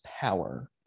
power